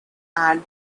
and